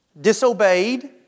disobeyed